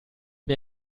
mir